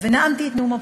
ונאמתי את נאום הבכורה.